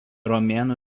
romėnų